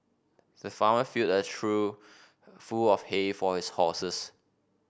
the farmer filled a trough full of hay for his horses